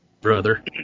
Brother